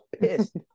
pissed